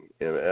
MS